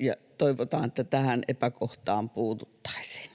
ja toivotaan, että tähän epäkohtaan puututtaisiin.